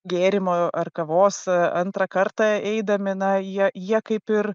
gėrimo ar kavos antrą kartą eidami na jie jie kaip ir